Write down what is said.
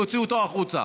להוציא אותו החוצה.